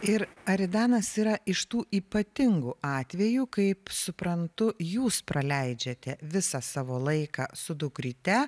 ir aridanas yra iš tų ypatingų atvejų kaip suprantu jūs praleidžiate visą savo laiką su dukryte